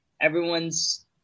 everyone's